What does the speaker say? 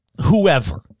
whoever